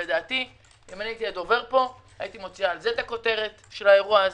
לו הייתי הדובר פה הייתי מוציאה על זה את הכותרת של האירוע הזה,